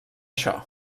això